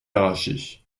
arrachés